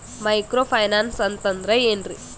Micro finance ಅಂತಂದ್ರ ಏನ್ರೀ?